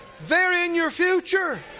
they are in your future.